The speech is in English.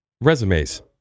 resumes